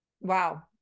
Wow